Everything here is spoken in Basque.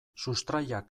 sustraiak